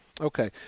Okay